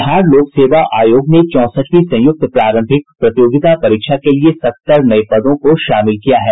बिहार लोक सेवा आयोग ने चौसठवीं संयुक्त प्रारंभिक प्रतियोगिता परीक्षा के लिए सत्तर नये पदों को शामिल किया है